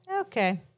Okay